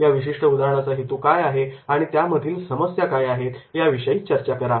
या विशिष्ट उदाहरणाचा हेतू काय आहे आणि त्यामधील समस्या काय आहे या विषयी चर्चा करा